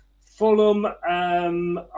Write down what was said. Fulham